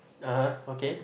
(uh huh) okay